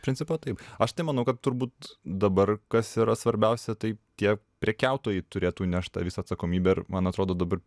principo taip aš tai manau kad turbūt dabar kas yra svarbiausia tai tie prekiautojai turėtų nešt tą visą atsakomybę ir man atrodo dabar